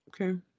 Okay